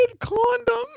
condom